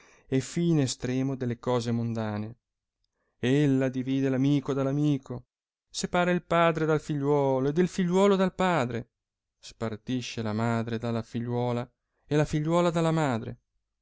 e fine estremo delle cose mondane ella divide amico dall amico separa il padre dal figliuolo ed il figliuolo dal padre spartisce la madre dalla figliuola e la figliuola dalla madre